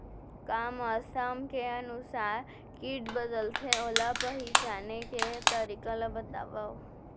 का मौसम के अनुसार किट बदलथे, ओला पहिचाने के तरीका ला बतावव?